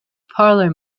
parlour